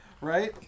Right